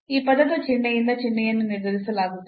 ಈ ಪದದ ಚಿಹ್ನೆಯಿಂದ ಚಿಹ್ನೆಯನ್ನು ನಿರ್ಧರಿಸಲಾಗುತ್ತದೆ